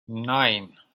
nein